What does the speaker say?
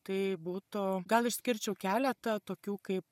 tai būtų gal išskirčiau keletą tokių kaip